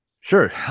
sure